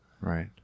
Right